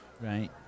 right